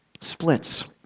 splits